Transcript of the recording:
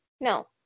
No